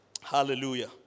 Hallelujah